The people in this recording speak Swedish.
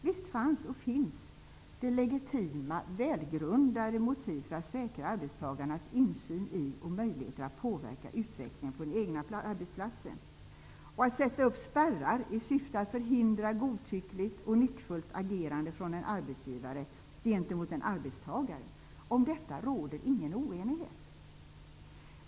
Visst fanns och finns det legitima och välgrundade motiv för att säkra arbetstagarnas insyn i utvecklingen och möjligheten att påverka den på den egna arbetsplatsen samt att sätta upp spärrar i syfte att förhindra godtyckligt och nyckfullt agerande från en arbetsgivare gentemot en arbetstagare. Om detta råder ingen oenighet.